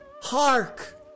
Hark